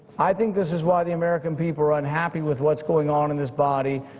i think this is why the american people are unhappy with what's going on in this body.